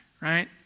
right